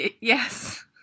Yes